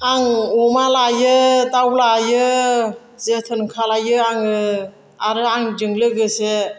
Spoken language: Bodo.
आं अमा लायो दाउ लायो जोथोन खालामो आंङो आरो आंजों लोगोसे